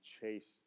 chase